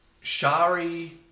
Shari